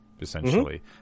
essentially